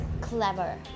clever